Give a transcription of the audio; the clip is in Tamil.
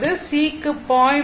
C க்கு 0